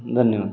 धन्यवाद